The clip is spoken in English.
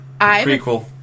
prequel